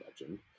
Legend